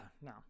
no